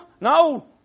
No